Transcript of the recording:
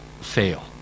fail